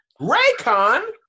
Raycon